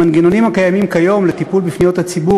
המנגנונים הקיימים כיום לטיפול בפניות הציבור